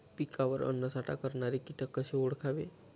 पिकावर अन्नसाठा करणारे किटक कसे ओळखावे?